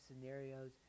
scenarios